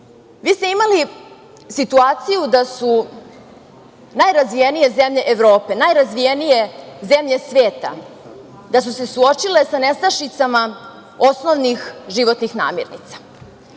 Vi ste imali situaciju da su se najrazvijenije zemlje Evrope, najrazvijenije zemlje sveta suočile sa nestašicama osnovnih životnih namirnica.